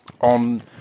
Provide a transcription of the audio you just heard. on